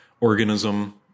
organism